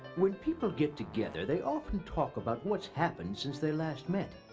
when people get together, they often talk about what's happened since they last met.